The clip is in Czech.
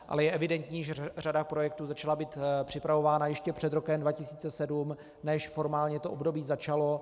Ale je evidentní, že řada projektů začala být připravována ještě před rokem 2007, než formálně období začalo.